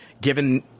given